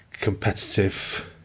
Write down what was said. competitive